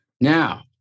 Now